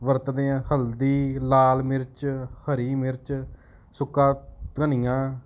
ਵਰਤਦੇ ਹਾਂ ਹਲਦੀ ਲਾਲ ਮਿਰਚ ਹਰੀ ਮਿਰਚ ਸੁੱਕਾ ਧਨੀਆ